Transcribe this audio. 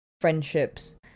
friendships